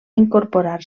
incorporar